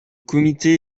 comité